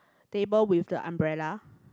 table with the umbrella